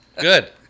Good